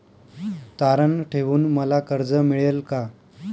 तारण ठेवून मला कर्ज मिळेल का?